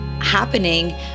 happening